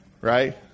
Right